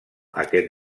aquest